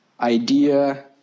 idea